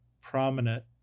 prominent